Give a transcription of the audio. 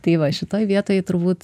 tai va šitoj vietoj turbūt